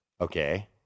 Okay